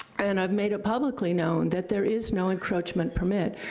and i've made it publicly known that there is no encroachment permit.